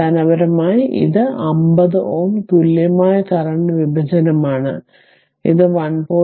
അടിസ്ഥാനപരമായി ഇത് i 50 Ω തുല്യമായ കറന്റ് വിഭജനമാണ് ഇത് 1